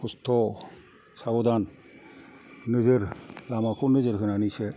खस्थ' साब'धान नोजोर लामाखौ नोजोर होनानैसो